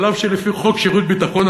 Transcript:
אף שלפי חוק שירות ביטחון,